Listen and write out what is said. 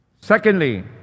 Secondly